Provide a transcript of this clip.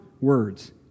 words